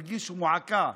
הרגיש מועקה.